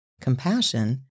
compassion